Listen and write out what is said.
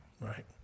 Right